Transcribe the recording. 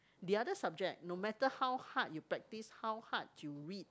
the other subject no matter how hard you practice how hard you read